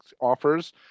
offers